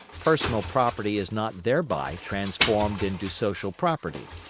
personal property is not thereby transformed into social property.